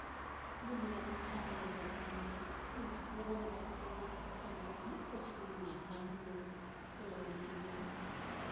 Lie ma napin kaba negia kannou. lie mas leba nega kannou salia te no potseg no neya kannou. te leba negilia.